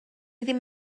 ddim